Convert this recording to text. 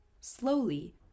slowly